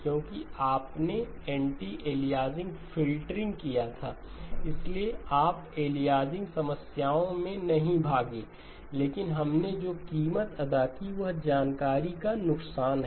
क्योंकि आपने anti aliasing filtering किया था इसलिए आप एलियासिंग समस्याओं में नहीं भागे लेकिन हमने जो कीमत अदा की वह जानकारी का नुकसान है